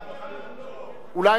אולי אדוני לא,